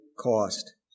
cost